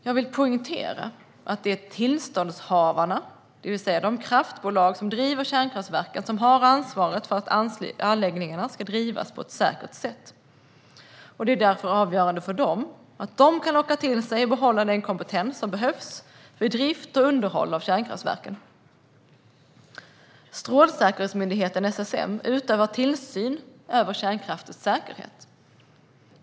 Jag vill poängtera att det är tillståndshavarna, det vill säga de kraftbolag som driver kärnkraftverken, som har ansvaret för att anläggningarna kan drivas på ett säkert sätt. Det är därför avgörande för dem att de kan locka till sig och behålla den kompetens som behövs för drift och underhåll av kärnkraftverken. Strålsäkerhetsmyndigheten, SSM, utövar tillsyn över kärnkraftens säkerhet.